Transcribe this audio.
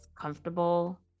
comfortable